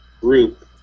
group